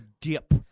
dip